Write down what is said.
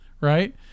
right